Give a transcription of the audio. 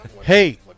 Hey